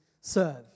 serve